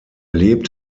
lebt